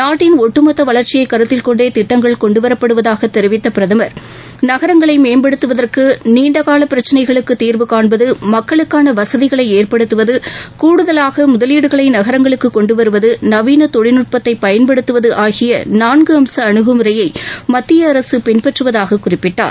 நாட்டின் ஒட்டுமொத்த வளர்ச்சியை கருத்தில் கொண்டே திட்டங்கள் கொண்டு வரப்படுவதாக தெரிவித்த பிரதமர் நகரங்களை மேம்படுத்துவதற்கு நீண்டகால பிரக்சினைகளுக்கு தீர்வு காண்பது மக்களுக்கான வசதிகளை ஏற்படுத்துவது கூடுதலாக முதலீடுகளை நகரங்களுக்கு கொண்டு வருவது நவீன தொழில்நுட்பத்தை பயன்படுத்துவது ஆகிய நான்கு அம்ச அனுகுமுறையை மத்திய அரசு பின்பற்றுவதாக குறிப்பிட்டார்